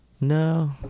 no